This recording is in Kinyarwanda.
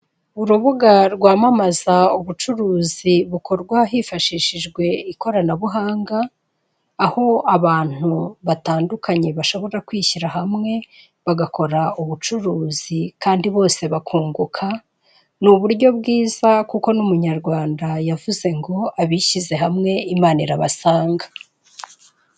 Urubuga rwamamaza ubucuruzi bukorwa hifashishijwe ikoranabuhanga, aho abantu batandukanye bashobora kwishyira hamwe bagakora ubucuruzi kandi bose bakunguka, ni uburyo bwiza kuko n'umunyarwanda yavuze ngo abishyize hamwe imana irabasanga.